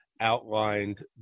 outlined